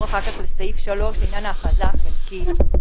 אחר כך לסעיף (3) לעניין ההכרזה החלקית,